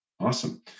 Awesome